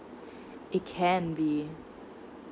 it can be